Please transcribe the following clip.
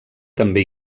també